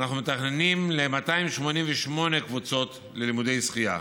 אנחנו מתכננים 288 קבוצות ללימודי שחייה,